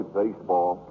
baseball